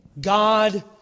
God